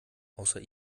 außer